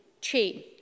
chain